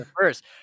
first